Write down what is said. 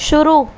शुरू